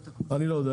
אני לא יודע,